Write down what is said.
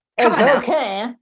okay